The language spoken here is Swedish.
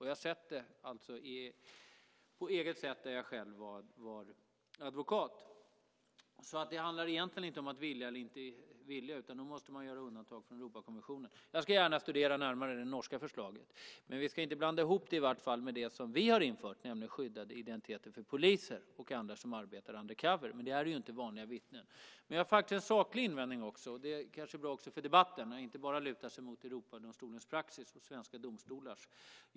Jag har själv sett detta när jag var advokat. Det handlar egentligen inte om att vilja eller inte vilja utan om att man måste göra undantag från Europakonventionen. Jag ska gärna studera det norska förslaget närmare. Vi ska dock inte blanda ihop det med det som vi har infört, nämligen skyddad identitet för poliser och andra som arbetar under cover. Det är ju inte vanliga vittnen. Men jag har faktiskt en saklig invändning också. Det kanske också är bra för debatten om man inte bara lutar sig mot Europadomstolens och svenska domstolars praxis.